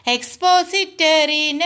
Expository